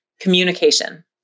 communication